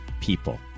people